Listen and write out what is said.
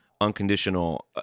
unconditional